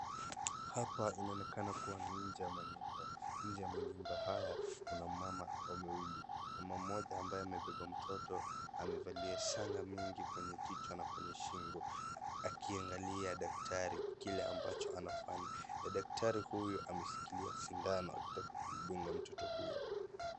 Hapa inaonekana kuwa ni nje ya manyumba. Nje ya manyumba haya, kuna wamama wawili. Mama mmoja ambaye amebeba mtoto amevalia shanga mingi kwenye kichwa na kwenye shingo, akiangalia daktari kile ambacho anafanya. Na daktari huyu ameshikilia sindano akitaka kumdunga mtoto huyo.